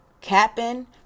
capping